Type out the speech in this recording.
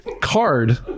card